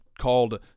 called